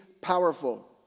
powerful